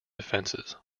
offences